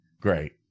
Great